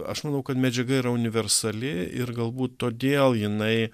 aš manau kad medžiaga yra universali ir galbūt todėl jinai